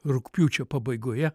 rugpjūčio pabaigoje